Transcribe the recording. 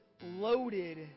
loaded